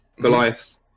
Goliath